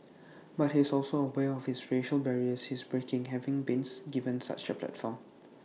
but he's also aware of his racial barriers he's breaking having bean's given such A platform